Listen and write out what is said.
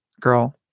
Girl